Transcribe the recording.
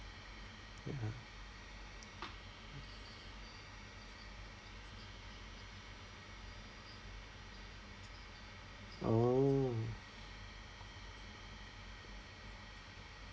ya ah oh